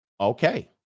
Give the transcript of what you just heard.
okay